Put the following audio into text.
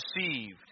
deceived